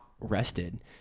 rested